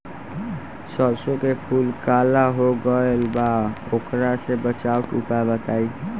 सरसों के फूल काला हो गएल बा वोकरा से बचाव के उपाय बताई?